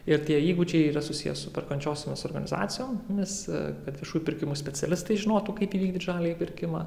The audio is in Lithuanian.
ir tie įgūdžiai yra susiję su perkančiosiomis organizacijomis kad viešųjų pirkimų specialistai žinotų kaip įvykdyt žaliąjį pirkimą